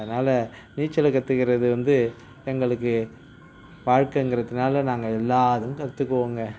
அதனால் நீச்சல் கத்துக்கிறது வந்து எங்களுக்கு வாழ்க்கைங்கிறதனால நாங்கள் எல்லாரும் கத்துக்குவோங்கள்